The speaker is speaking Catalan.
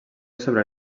sobre